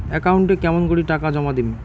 একাউন্টে কেমন করি টাকা জমা দিম?